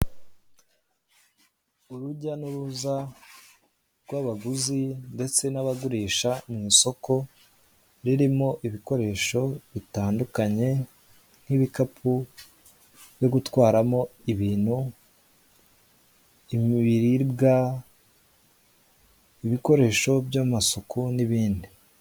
urujya nuruza rw'abaguzi ndetse n'abagurisha mu isoko ririmo ibikoresho bitandukanye , nk'ibikapu byo gutwaramo ibintu , ibiribwa , ibikoresho by'amasuku n'ibindi.